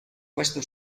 questo